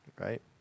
right